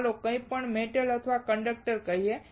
ચાલો કોઈ પણ મેટલ અથવા કંડક્ટર કહીએ